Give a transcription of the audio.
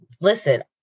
listen